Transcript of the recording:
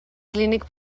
clínic